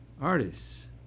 artists